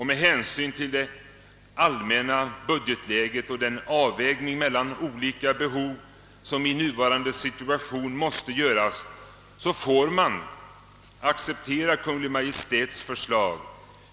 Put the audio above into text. Med hänsyn till det allmänna budgetläget och den avvägning mellan olika behov som i nuvarande situation måste göras får man acceptera Kungl. Maj:ts förslag.